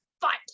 fight